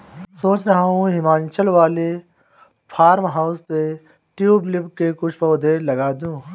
सोच रहा हूं हिमाचल वाले फार्म हाउस पे ट्यूलिप के कुछ पौधे लगा दूं